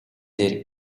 дээр